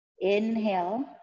Inhale